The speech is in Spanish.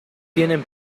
tienen